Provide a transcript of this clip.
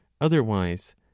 otherwise